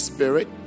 Spirit